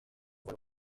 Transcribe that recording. dos